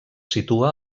situa